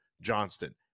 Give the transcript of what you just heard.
JOHNSTON